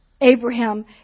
Abraham